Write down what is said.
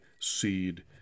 seed